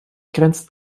grenzt